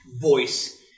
voice